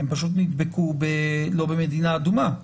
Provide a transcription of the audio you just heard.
הם פשוט נדבקו לא במדינה אדומה.